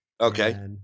Okay